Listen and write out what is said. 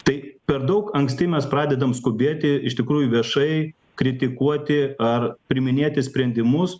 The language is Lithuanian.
tai per daug anksti mes pradedam skubėti iš tikrųjų viešai kritikuoti ar priiminėti sprendimus